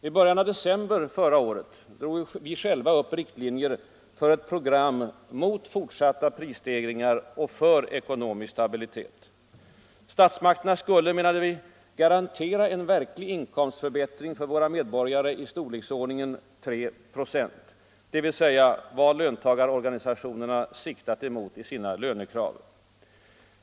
I början av december förra året drog vi själva upp riktlinjer för ett program mot fortsatta prisstegringar och för ekonomisk stabilitet. Statsmakterna skulle garantera en verklig inkomstförbättring för våra medborgare i storleksordningen 3 96 — dvs. vad löntagarorganisationerna siktat mot i sina lönekrav.